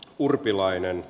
urpilainen